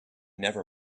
never